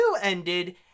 ended